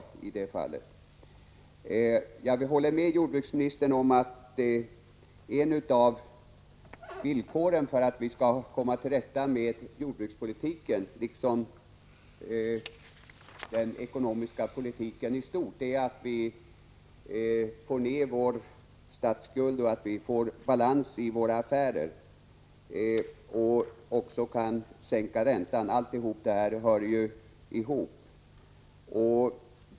Jag håller med jordbruksministern om att ett av villkoren för att vi skall komma till rätta med jordbrukspolitiken, liksom med den ekonomiska politiken i stort, är att vi får ner statsskulden, får balans i våra affärer och också kan sänka räntan. Allt detta hör ju ihop.